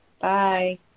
Bye